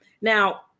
Now